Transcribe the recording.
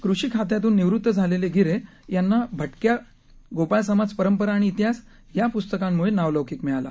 कृषी खात्यातून निवृत्त झालेले गिहें यांना भटक्या गोपाळ समाज परंपरा आणि इतिहास या पुस्तकांमुळे नावलौकीक मिळाला